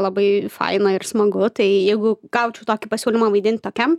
labai faina ir smagu tai jeigu gaučiau tokį pasiūlymą vaidint tokiam